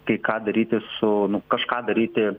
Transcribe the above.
kai ką daryti su nu kažką daryti